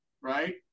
right